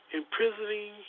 imprisoning